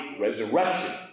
resurrection